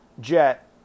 Jet